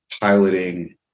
piloting